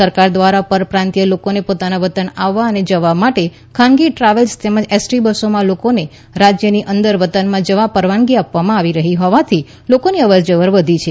સરકાર દ્વારા પરપ્રાતિય લોકોને પોતાના વતનમાં આવવા જવા માટે ખાનગી ટ્રાવેલ્સ તેમજ એસ ટી બસોમાં લોકોને રાજ્યની અંદર વતનમાં જવા પરવાનગી આપવામાં આવી રહી હોવાથી લોકોની અવરજવર વધી છે